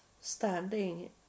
standing